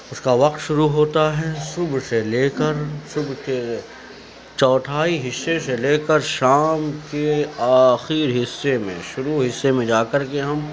اُس کا وقت شروع ہوتا ہے صُبح سے لے کر صُبح کے چوتھائی حصّے سے لے کر شام کے آخر حصّے میں شروع حصّے میں جا کر کے ہم